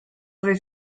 other